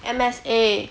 M_S_A